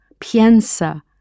piensa